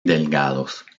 delgados